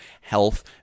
health